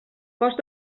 cost